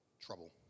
trouble